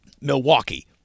Milwaukee